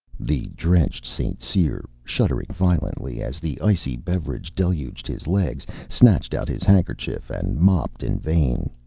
the drenched st. cyr, shuddering violently as the icy beverage deluged his legs, snatched out his handkerchief and mopped in vain.